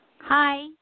Hi